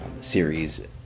series